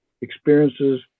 experiences